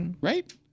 right